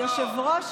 לא, לא.